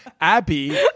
Abby